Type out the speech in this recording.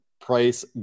price